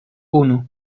unu